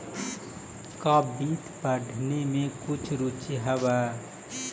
का वित्त पढ़ने में कुछ रुचि हवअ